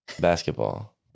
basketball